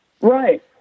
Right